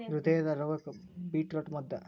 ಹೃದಯದ ರೋಗಕ್ಕ ಬೇಟ್ರೂಟ ಮದ್ದ